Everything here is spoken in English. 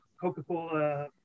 Coca-Cola